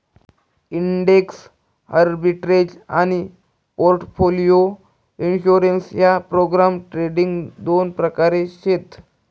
index arbitrage आनी portfolio insurance ह्या program trading दोन प्रकार शेत